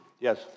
Yes